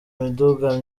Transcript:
miduga